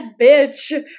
bitch